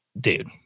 dude